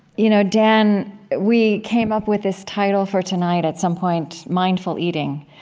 you know, dan, we came up with this title for tonight at some point, mindful eating.